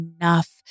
enough